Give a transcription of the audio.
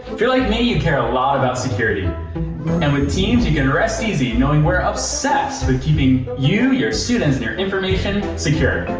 like me, you care a lot about security, and with teams, you can rest easy, and knowing we're obsessed with keeping you, your students, and your information secure.